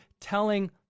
telling